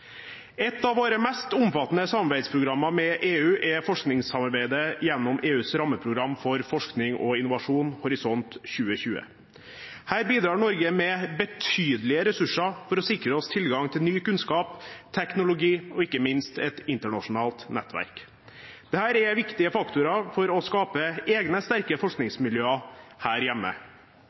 Et av våre mest omfattende samarbeidsprogrammer med EU er forskningssamarbeidet gjennom EUs rammeprogram for forskning og innovasjon, Horisont 2020. Her bidrar Norge med betydelige ressurser for å sikre oss tilgang til ny kunnskap, ny teknologi og ikke minst et internasjonalt nettverk. Dette er viktige faktorer for å skape egne, sterke forskningsmiljøer her hjemme.